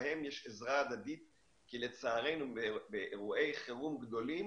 יש עזרה הדדית כי לצערנו באירועי חירום גדולים